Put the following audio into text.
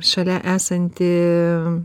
šalia esantį